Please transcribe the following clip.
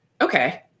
Okay